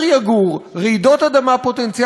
רעידות אדמה פוטנציאליות בעתיד,